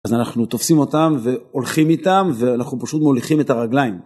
אז אנחנו תופסים אותם והולכים איתם ואנחנו פשוט מוליכים את הרגליים.